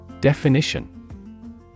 Definition